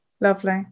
Lovely